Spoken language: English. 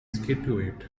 scituate